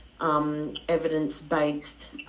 evidence-based